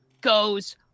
goes